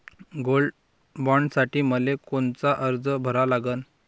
Gold बॉण्डसाठी मले कोनचा अर्ज भरा लागन?